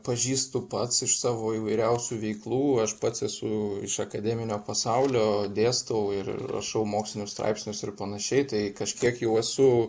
pažįstu pats iš savo įvairiausių veiklų aš pats esu iš akademinio pasaulio dėstau ir rašau mokslinius straipsnius ir panašiai tai kažkiek jau esu